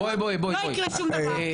לא יקרה שום דבר.